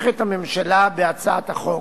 הממשלה תומכת בהצעת החוק.